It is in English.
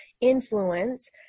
influence